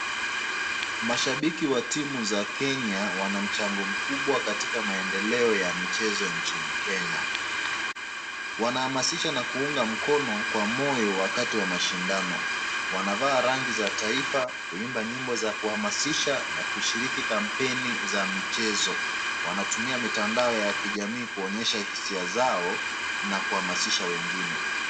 Mashabiki wa timu za kenya wanamchango mkubwa katika maendeleo ya michezo nchini kenya. Wanahamasisha na kuunga mkono kwa moyo wakati wa mashindano wanavaa rangi za taifa kuimba nyimbo za kuhamasisha na kushiriki kampeni za michezo. Wanatumia mitandao ya kijamii kuonyesha hisia zao na kuhamasisha wengine.